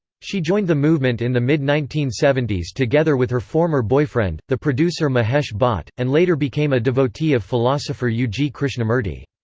she joined the movement in the mid nineteen seventy s together with her former boyfriend, the producer mahesh bhatt, and later became a devotee of philosopher u. g. krishnamurti.